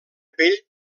pell